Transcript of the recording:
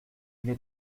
n’est